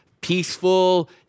peaceful